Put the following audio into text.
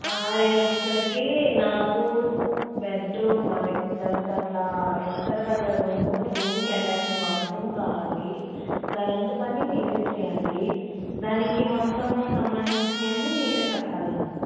రెండు లక్షలకి నాకు బెడ్రూమ్ అవి జస్ట్ అట్లా వేస్తారు కదా రూమ్ రూమ్కి ఎటాచ్ బాత్రూమ్ కావాలి కరెంట్ పని మీరే చేయాలి దానికి మొత్తం సంబంధించినవి అన్ని మీరే కట్టాలి నాకు